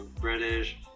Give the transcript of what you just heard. British